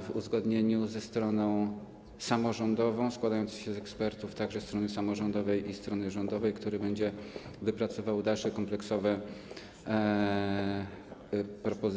w uzgodnieniu ze stroną samorządową, składający się z ekspertów także strony samorządowej i strony rządowej, który będzie wypracowywał dalsze kompleksowe propozycje.